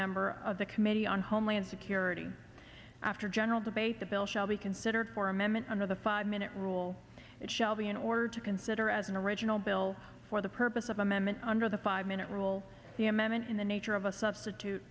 member of the committee on homeland security after general debate the bill shall be considered for amendment under the five minute rule it shall be in order to consider as an original bill for the purpose of amendment under the five minute rule the amendment in the nature of a substitute